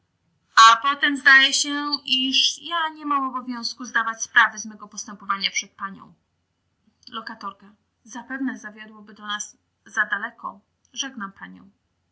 potem zdaje się iż ja niemam obowiązku zdawać sprawy z mego postępowania przed panią zapewne zawiodłoby nas to zadaleko żegnam panią